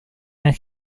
and